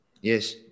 Yes